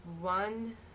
one